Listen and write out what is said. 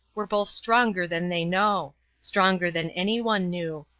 were both stronger than they know stronger than anyone knew.